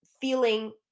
feeling